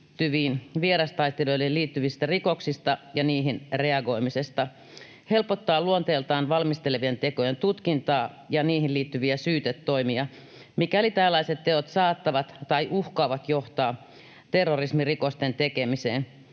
vierastaistelijoihin liittyvistä rikoksista ja niihin reagoimisesta, helpottaa luonteeltaan valmistelevien tekojen tutkintaa ja niihin liittyviä syytetoimia, mikäli tällaiset teot saattavat tai uhkaavat johtaa terrorismirikosten tekemiseen,